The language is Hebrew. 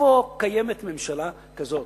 איפה קיימת ממשלה כזאת?